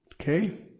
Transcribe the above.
Okay